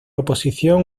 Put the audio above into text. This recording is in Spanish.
oposición